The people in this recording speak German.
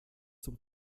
zum